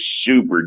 super